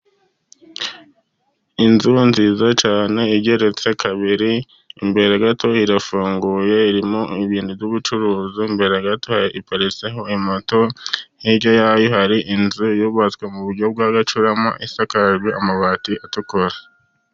Inzu nziza cyane igeretse kabiri, imbere gato irafunguye irimo ibintu by'ubucuruzi, imbere gato iparitseho imoto, hirya yayo hari inzu yubatswe mu buryo bw'agacurama, isakajwe amabati atukura.